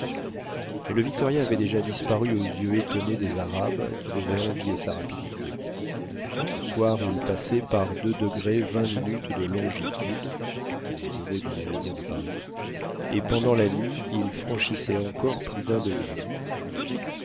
mais le victoria avait déjà disparu aux yeux étonnés des arabes qui devaient envier sa rapidité au soir il passait par de longitude le zéro du méridien de paris et pendant la nuit il franchissait encore plus d'un degré